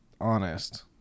honest